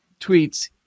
tweets